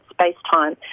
space-time